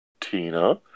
Tina